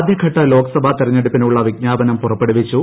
ആദ്യഘട്ട ലോക്സഭാ തെരഞ്ഞെടുപ്പിനുളള വിജ്ഞാപനം പുറപ്പെടുവിച്ചു